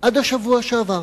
עד השבוע שעבר.